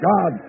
God